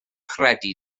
credu